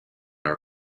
are